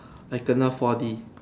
like Kena four D